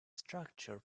structure